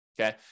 okay